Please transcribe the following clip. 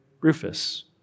Rufus